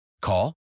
Call